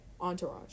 entourage